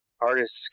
artist's